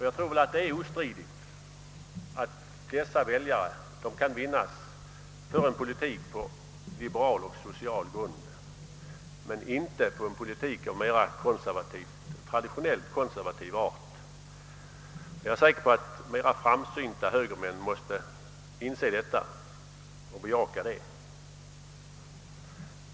Jag tror att det är ostridigt att dessa väljare kan vinnas för en politik på en liberal och social grund men inte på en politik av mera traditionellt konservativ art. Jag är säker på att framsynta högermän måste inse detta och bejaka det.